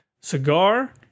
cigar